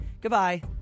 Goodbye